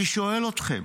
אני שואל אתכם: